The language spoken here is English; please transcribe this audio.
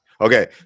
Okay